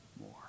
more